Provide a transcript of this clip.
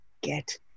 get